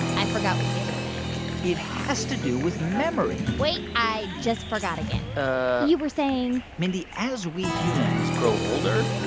i forgot what you just said it has to do with memory wait. i just forgot again. you were saying? mindy, as we humans grow older,